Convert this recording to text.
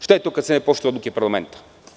Šta je to kad se ne poštuju odluke parlamenta?